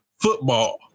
football